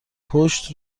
پشت